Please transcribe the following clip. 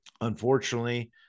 unfortunately